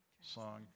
song